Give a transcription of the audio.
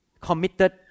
committed